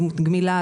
גמילה,